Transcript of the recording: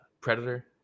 Predator